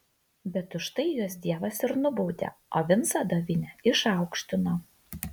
bet už tai juos dievas ir nubaudė o vincą dovinę išaukštino